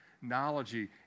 Technology